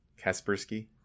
Kaspersky